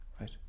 Right